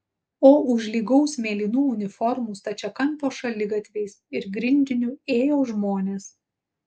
o už lygaus mėlynų uniformų stačiakampio šaligatviais ir grindiniu ėjo žmonės